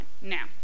Now